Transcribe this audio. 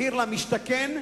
מחיר למשתכן,